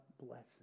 blessing